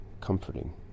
comforting